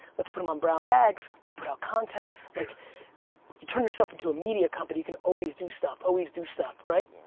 let's put them on brown bags, we put out content. like turn yourself into a media company. you can always do stuff, always do stuff right?